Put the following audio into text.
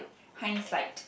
hindsight